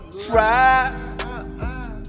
try